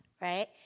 right